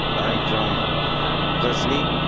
i am from ghazni,